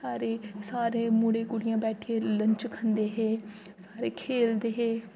सारे सारे मुड़े कुड़ियां बैठियै लंच खंदे हे सारे खेलदे हे